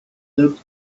looked